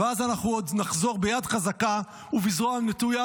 ואז אנחנו עוד נחזור ביד חזקה ובזרוע נטויה.